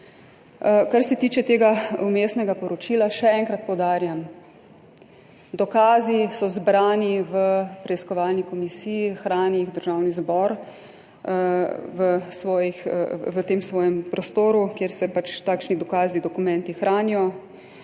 Kar se tiče tega vmesnega poročila, še enkrat poudarjam: dokazi so zbrani v preiskovalni komisiji, hrani jih Državni zbor v tem svojem prostoru, kjer se takšni dokazi, dokumenti hranijo.